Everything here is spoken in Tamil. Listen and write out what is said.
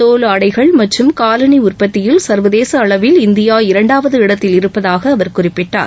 தோல் ஆடைகள் மற்றும் காலணி உற்பத்தியில் சர்வதேச அளவில் இந்தியா இரண்டாவது இடத்தில் இருப்பதாக அவர் குறிப்பிட்டார்